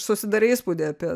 susidarei įspūdį apie